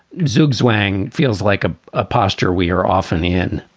zugzwang feels like a ah posture we are often in.